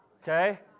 Okay